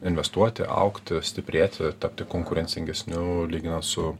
investuoti augti stiprėti tapti konkurencingesniu lyginant su